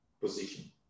position